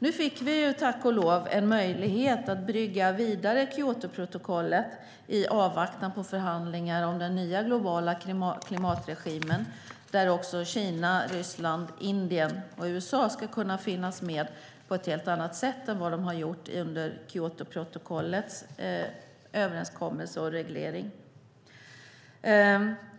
Vi fick, tack och lov, en möjlighet att "brygga vidare" Kyotoprotokollet, i avvaktan på förhandlingar om den nya globala klimatregimen där också Kina, Ryssland, Indien och USA ska kunna finnas med på ett helt annat sätt än de gjort under Kyotoprotokollet och den överenskommelsen och regleringen.